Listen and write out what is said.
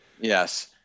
Yes